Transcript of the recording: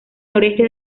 noreste